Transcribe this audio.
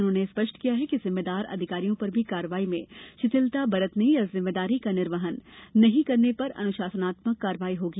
उन्होंने स्पष्ट किया कि जिम्मेदार अधिकारियों पर भी कार्यवाही में शिथिलता बरतने या जिम्मेदारी का निर्वहन नही करने पर अनुशासनात्मक कार्यवाही होगी